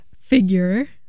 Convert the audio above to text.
figure